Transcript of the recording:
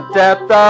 depth